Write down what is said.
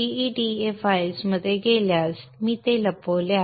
gEDA फाईलमध्ये गेल्यास मी ते लपवले आहे